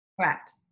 Correct